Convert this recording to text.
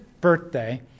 birthday